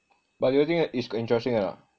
but do you think it's interesting or not